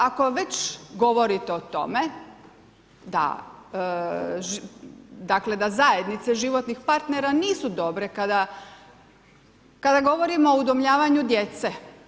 Ako već govorite o tome dakle, da zajednica životnih partnera nisu dobre kada govorimo o udomljavanju djece.